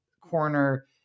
corner